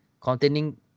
containing